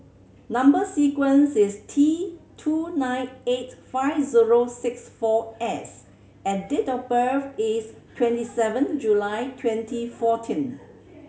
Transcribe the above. number sequence is T two nine eight five zero six four S and date of birth is twenty seven July twenty fourteen